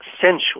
essential